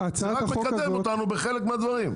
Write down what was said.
זה רק מקדם אותנו בחלק מהדברים.